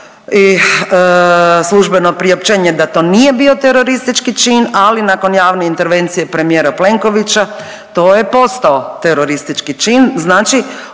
i službeno priopćenje da to nije bio teroristički čin, ali nakon javne intervencije premijera Plenkovića to je postao teroristički čin,